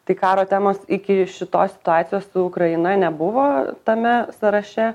tai karo temos iki šitos situacijos su ukraina nebuvo tame sąraše